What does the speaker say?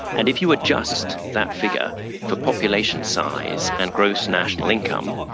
and if you adjust that figure for population size and gross national income,